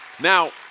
Now